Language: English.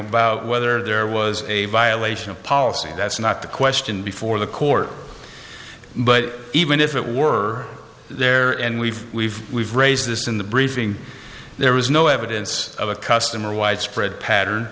about whether there was a violation of policy that's not the question before the court but even if it were there and we've we've we've raised this in the briefing there is no evidence of a customer widespread pattern